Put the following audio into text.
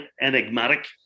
enigmatic